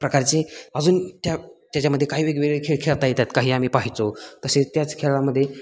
प्रकारचे अजून त्या त्याच्यामध्ये काही वेगवेगळे खेळ खेळता येतात काही आम्ही पाहायचो तसेच त्याच खेळामध्ये